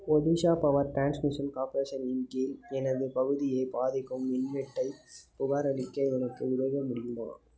Odisha power transmission corporation லிம் கீழ் எனது பகுதியை பாதிக்கும் மின்வெட்டை புகாரளிக்க எனக்கு உதவ முடியுமா